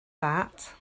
that